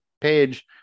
page